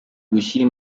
gushyira